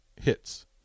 hits